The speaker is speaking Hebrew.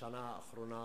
בשנה האחרונה